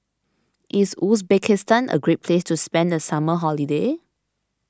is Uzbekistan a great place to spend the summer holiday